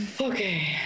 Okay